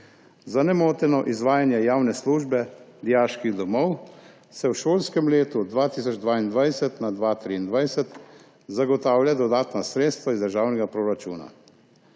Za nemoteno izvajanje javne službe dijaških domov se v šolskem letu 2022/2023 zagotavljajo dodatna sredstva iz državnega proračuna.